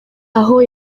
aho